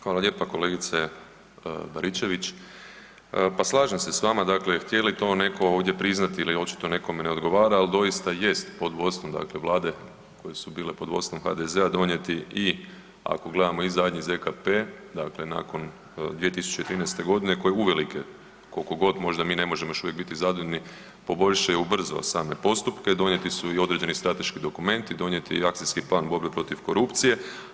Hvala lijepa kolegice Baričević, pa slažem se s vama dakle htjeli to neko ovdje priznati ili očito nekome ne odgovara, ali doista jest pod vodstvom dakle vlade koje su bile pod vodstvom HDZ-a donijeti i ako gledamo i zadnji ZKP, dakle nakon 2013. godine koja je uvelike koliko god možda mi ne možemo još uvijek biti zadovoljni poboljšao i ubrzao same postupke donijeti su i određeni strateški dokumenti, donijet je i akcijski plan borbe protiv korupcije.